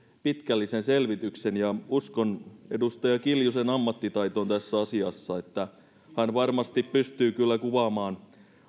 pitkällisen selvityksen ja uskon edustaja kiljusen ammattitaitoon tässä asiassa hän varmasti pystyy kyllä kuvaamaan